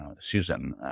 Susan